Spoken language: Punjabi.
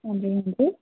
ਹਾਂਜੀ ਹਾਂਜੀ